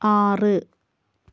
ആറ്